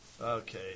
Okay